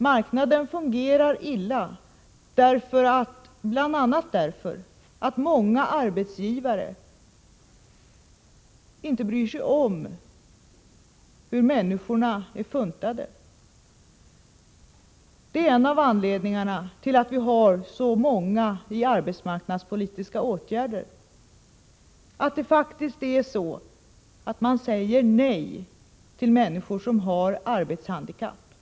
Marknaden fungerar illa bl.a. därför att många arbetsgivare inte bryr sig om hur människorna är funtade. Man säger nej till människor med arbetshandikapp.